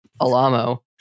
Alamo